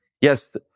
yes